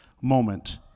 moment